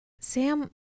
Sam